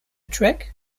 track